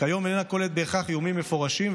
וכיום אינה כוללת בהכרח איומים מפורשים,